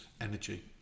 energy